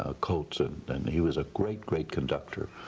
ah coates, and and he was a great, great conductor.